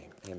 Amen